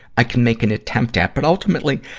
i can make an attempt at. but ultimately,